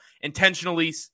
intentionally